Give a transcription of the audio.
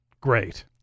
great